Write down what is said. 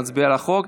נצביע על החוק,